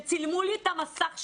שצילמו לי את המסך שלהם,